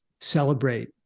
celebrate